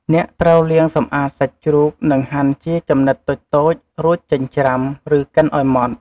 អ្នកត្រូវលាងសម្អាតសាច់ជ្រូក និងហាន់ជាចំណិតតូចៗ រួចចិញ្ច្រាំ ឬកិនឱ្យម៉ដ្ឋ។